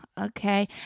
okay